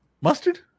Mustard